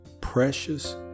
precious